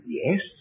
yes